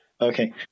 Okay